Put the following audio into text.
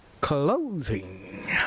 closing